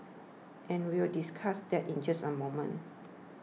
and we will discuss that in just an moment